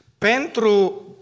Pentru